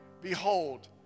Behold